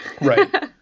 right